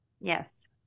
Yes